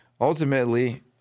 ultimately